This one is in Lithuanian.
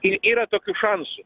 ir yra tokių šansų